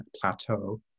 plateau